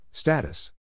Status